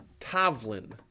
tavlin